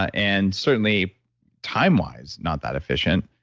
ah and certainly time-wise, not that efficient,